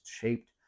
shaped